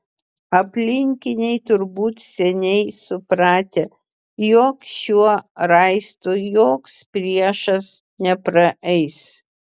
aplinkiniai turbūt seniai supratę jog šiuo raistu joks priešas nepraeis